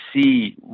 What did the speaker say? see